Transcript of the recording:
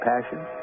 passion